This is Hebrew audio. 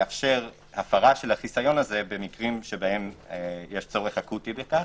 לאפשר הפרה של החיסיון הזה במקרים שיש צורך אקוטי בכך.